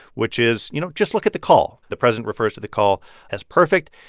which is, you know, just look at the call. the president refers to the call as perfect.